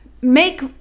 make